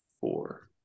four